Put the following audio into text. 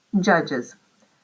Judges